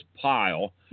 pile